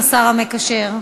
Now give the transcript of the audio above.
השר המקשר.